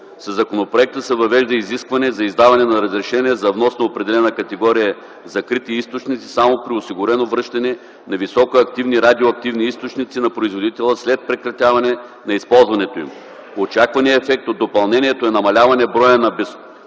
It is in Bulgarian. Със законопроекта се въвежда изискване за издаване на разрешения за внос на определена категория закрити източници само при осигурено връщане на високо активни радиоактивни източници на производителя след прекратяване на използването им. Очакваният ефект от допълнението е намаляване броят на безстопанствените